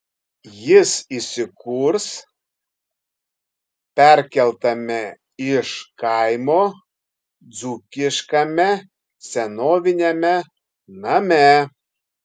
jis įsikurs perkeltame iš kaimo dzūkiškame senoviniame name